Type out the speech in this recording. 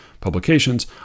publications